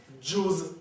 Jew's